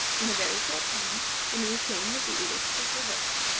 in a very short time the news came that the edict was revoked.